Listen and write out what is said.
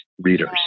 readers